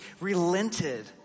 relented